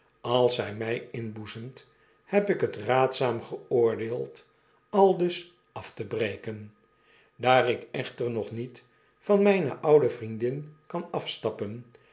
als zij mij inboezemt heb ik het raadzaam geoordeeld aldus af te breken daar ik echter nog niet van mijne oude vriendin kan afstappen